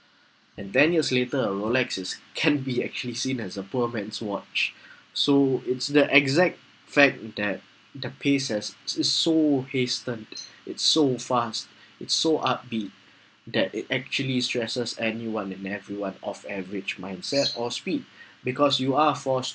and ten years later a rolex is can be actually seen as a poor man's watch so it's the exact fact that the pace has it's so hasten it's so fast it's so upbeat that it actually stresses anyone and every one of average mindset or speed because you are forced